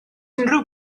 unrhyw